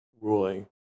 ruling